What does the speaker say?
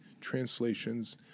translations